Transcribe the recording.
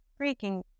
freaking